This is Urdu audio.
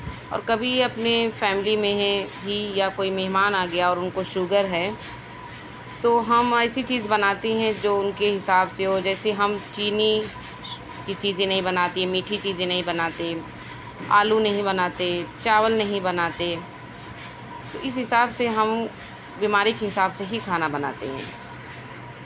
اور کبھی اپنے فیملی میں ہیں ہی یا کوئی مہمان آ گیا اور ان کو شوگر ہے تو ہم ایسی چیز بناتی ہیں جو ان کے حساب سے ہو جیسے ہم چینی کی چیزیں نہیں بناتے میٹھی چیزیں نہیں بناتے آلو نہیں بناتے چاول نہیں بناتے تو اس حساب سے ہم بیماری کے حساب سے ہی کھانا بناتے ہیں